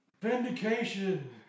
Vindication